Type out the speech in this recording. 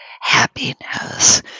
happiness